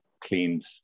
cleaned